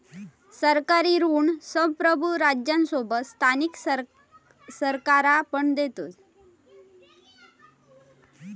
सरकारी ऋण संप्रुभ राज्यांसोबत स्थानिक सरकारा पण देतत